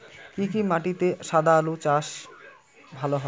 কি কি মাটিতে সাদা আলু চাষ ভালো হয়?